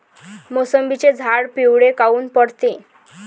मोसंबीचे झाडं पिवळे काऊन पडते?